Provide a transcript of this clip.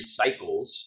recycles